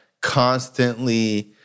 constantly